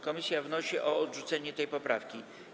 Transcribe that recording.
Komisja wnosi o odrzucenie tej poprawki.